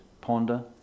ponder